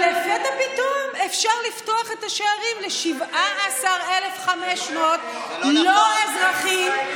אבל לפתע פתאום אפשר לפתוח את השערים ל-17,500 לא אזרחים,